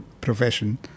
profession